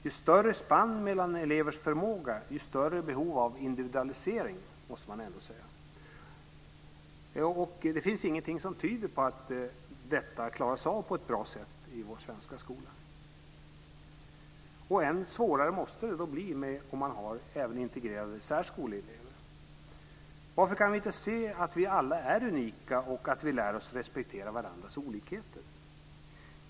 Ju större spann mellan elevers förmåga, desto större behov av individualisering. Det måste man väl ändå säga. Det finns ingenting som tyder på att detta klaras av på ett bra sätt i vår svenska skola. Ännu svårare måste det bli om man även har integrerade särskoleelever. Varför kan vi inte se att vi alla är unika och lära oss respektera varandras olikheter?